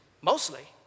mostly